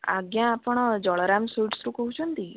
ଆଜ୍ଞା ଆପଣ ଜଳରାମ ସୁଇଟ୍ସ୍ରୁ କହୁଛନ୍ତି